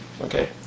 Okay